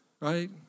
right